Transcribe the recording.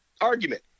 argument